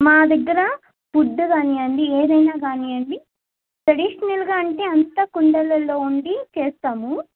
మా దగ్గర ఫుడ్ గానీయండి ఏదైనా గానీయండి ట్రెడిషనల్గా అంటే అంతా కుండలలో వండి చేస్తాము